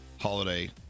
holiday